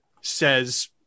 says